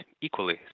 equally